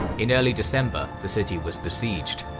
in early december the city was besieged.